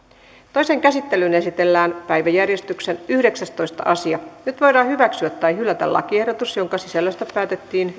toiseen käsittelyyn esitellään päiväjärjestyksen yhdeksästoista asia nyt voidaan hyväksyä tai hylätä lakiehdotus jonka sisällöstä päätettiin